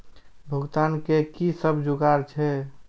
भुगतान के कि सब जुगार छे?